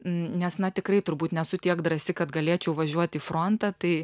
nes na tikrai turbūt nesu tiek drąsi kad galėčiau važiuot į frontą tai